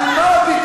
על מה אתה צועק?